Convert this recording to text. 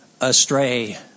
astray